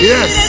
Yes